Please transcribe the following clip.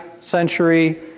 century